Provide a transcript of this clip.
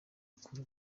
k’u